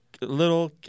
little